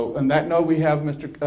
and that note we have mr.